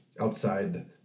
outside